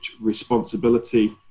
Responsibility